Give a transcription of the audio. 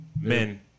Men